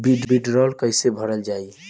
वीडरौल कैसे भरल जाइ?